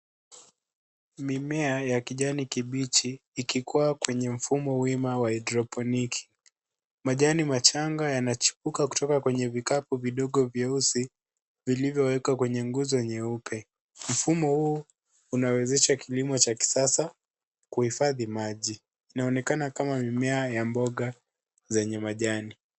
Mimea ya kijani kibichi ikikua kwenye mfumo wima wa haidropiniki. Majani machanga yanachipuka kutoka kwenye vikapu vidogo vyeusi, vilivyowekwa kwenye nguzo nyeupe. Mfumo huu unawezesha kilimo cha kisasa kuhifadhi maji, inaonekana kama mimea ya mboga zenye majani.